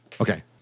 Okay